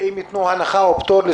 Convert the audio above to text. האם יתנו הנחה או פטור מארנונה